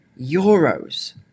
euros